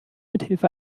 mithilfe